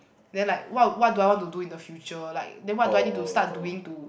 then like what what do I want to do in the future like then what do I need to start doing to